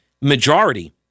majority